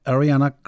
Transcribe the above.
Ariana